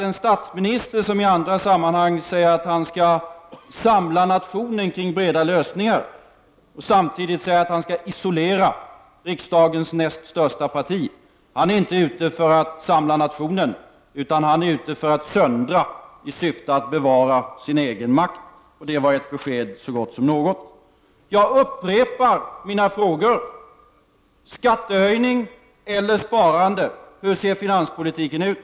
En statsminister som i andra sammanhang säger att han skall samla nationen kring breda lösningar och som samtidigt säger att han skall isolera riksdagens näst största parti är inte ute för att samla nationen, utan han är ute för att söndra i syfte att bevara sin egen makt. Det var ett besked så gott som något. Jag upprepar mina frågor: Skattehöjning eller sparande — hur ser finanspolitiken ut?